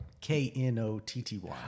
K-N-O-T-T-Y